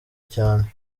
cyane